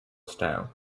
style